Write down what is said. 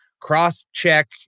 cross-check